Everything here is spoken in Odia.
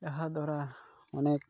ଏହାଦ୍ୱାରା ଅନେକ